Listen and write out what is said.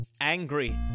angry